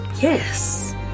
Yes